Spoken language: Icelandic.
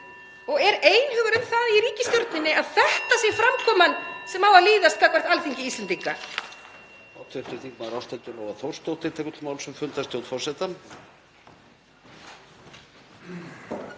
Er einhugur um það í ríkisstjórninni að þetta sé framkoma sem á að líðast gagnvart Alþingi Íslendinga?